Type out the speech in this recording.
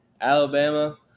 Alabama